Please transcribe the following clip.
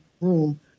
room